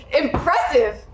Impressive